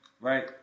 right